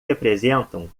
representam